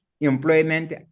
employment